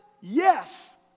Yes